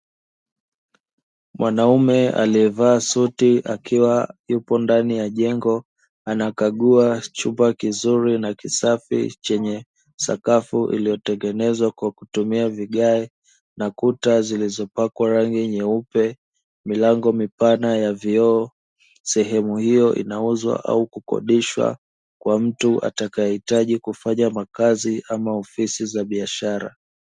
Mwanaume alievaa suti akiwa yupo ndani ya jengo anakagua chumba kizuri na kisafi chenye sakafu iliyotengenezwa kwa kutumia vigae na kuta zilizopakwa rangi nyeupe, milango mipana ya vioo, sehemu io inauzwa au kukodishwa kwa mtu atakae hitaji kufanya makazi ama ofisi za biashara.